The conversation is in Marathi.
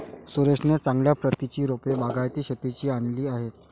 सुरेशने चांगल्या प्रतीची रोपे बागायती शेतीत आणली आहेत